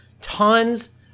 Tons